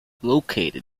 located